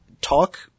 talk